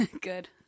Good